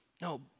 no